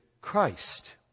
Christ